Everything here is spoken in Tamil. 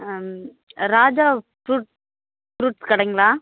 ம் ராஜா ஃப்ரூட் ஃப்ரூட்ஸ் கடைங்களா